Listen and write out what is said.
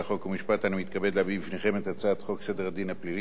אני מתכבד להביא בפניכם את הצעת חוק סדר הדין הפלילי (תיקון מס'